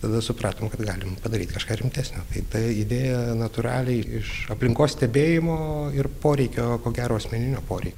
tada supratom kad galim padaryt kažką rimtesnio tai ta idėja natūraliai iš aplinkos stebėjimo ir poreikio ko gero asmeninio poreikio